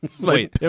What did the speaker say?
Wait